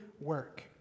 work